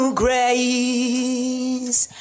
grace